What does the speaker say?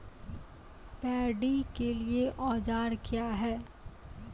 Paddy के लिए औजार क्या हैं?